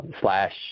Slash